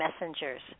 Messengers